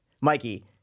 Mikey